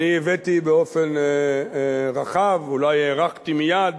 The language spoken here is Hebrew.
אני הבאתי באופן רחב, אולי הארכתי מדי,